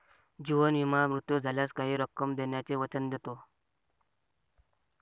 जीवन विमा मृत्यू झाल्यास काही रक्कम देण्याचे वचन देतो